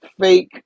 fake